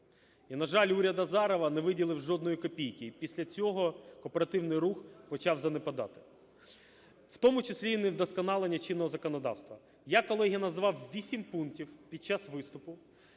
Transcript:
І, на жаль, уряд Азарова не виділив жодної копійки. І після цього кооперативний рух почав занепадати, в тому числі і невдосконалення чинного законодавства. Я, колеги, назвав 8 пунктів під час виступу,